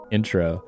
Intro